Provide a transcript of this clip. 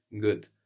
Good